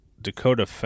Dakota